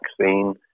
vaccine